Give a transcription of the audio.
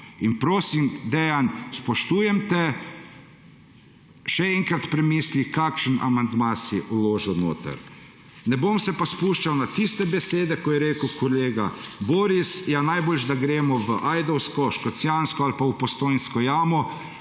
Prosim, Dejan, spoštujem te, še enkrat premisli, kakšen amandma si vložil noter. Ne bom se pa spuščal v tiste besede, ko je rekel kolega Boris, ja najboljše, da gremo v Ajdovsko, Škocjansko ali pa Postojnsko jamo.